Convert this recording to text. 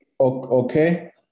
Okay